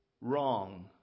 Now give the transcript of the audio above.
wrong